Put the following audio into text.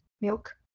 milk